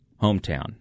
hometown